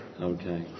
Okay